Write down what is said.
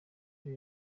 byo